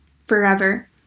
forever